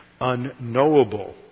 unknowable